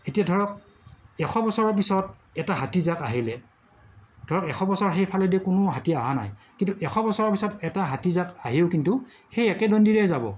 এতিয়া ধৰক এশবছৰৰ পিছত এটা হাতীৰ জাক আহিলে ধৰক এশ বছৰ সেইফালেদি কোনো হাতী অহা নাই কিন্তু এশ বছৰৰ পিছত এটা হাতী আহিও কিন্তু সেই একে দণ্ডিৰেই যাব